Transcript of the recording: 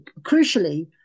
crucially